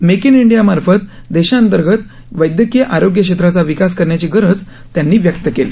make in इंडियामार्फत देशांतर्गत वैद्यकीय आरोग्य क्षेत्राचा विकास करण्याची गरज त्यांनी व्यक्त केली